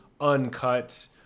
uncut